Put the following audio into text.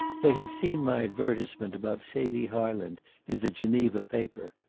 they had seen my advertisement about celie harland in the geneva paper.